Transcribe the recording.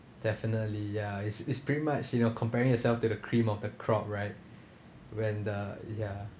definitely ya it's it's pretty much you know comparing yourself to the cream of the crop right when the ya